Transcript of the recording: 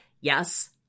Yes